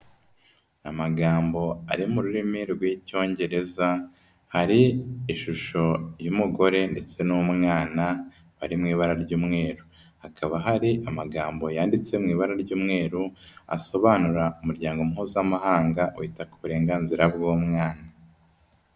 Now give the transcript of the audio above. Amagambo ari mu rurimi rw'icyongereza, hari ishusho y'umugore ndetse n'umwana bari mu ibara ry'umweru. Hakaba hari amagambo yanditse mu ibara ry'umweru, asobanura Umuryango Mpuzamahanga wita ku burenganzira bw'umwana.